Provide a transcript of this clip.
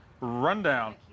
rundown